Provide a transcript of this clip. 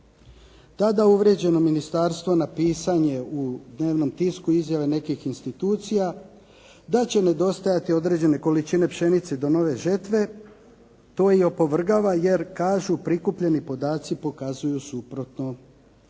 Tata uvrijeđeno ministarstvo na piranje u dnevnom tisku i izjave nekih institucija, da će nedostajati određene količine pšenice do nove žetve, to i opovrgava jer kažu prikupljeni podaci pokazuju suprotno.